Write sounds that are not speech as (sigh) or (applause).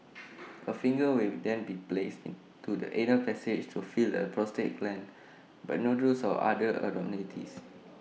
(noise) A finger will then be placed into the anal passage to feel the prostate gland but nodules or other abnormalities